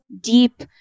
deep